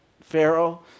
Pharaoh